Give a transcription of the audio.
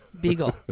Beagle